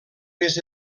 més